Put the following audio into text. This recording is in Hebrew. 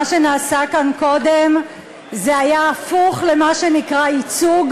מה שנעשה כאן קודם זה היה הפוך למה שנקרא ייצוג,